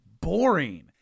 boring